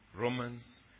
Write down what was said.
Romans